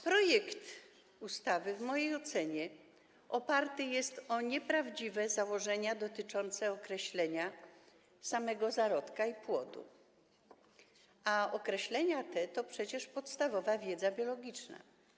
Projekt ustawy w mojej ocenie oparty jest na nieprawdziwych założeniach dotyczących określenia samego zarodka i płodu, a to określenie to przecież podstawowa wiedza biologiczna.